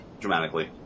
dramatically